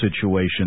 situation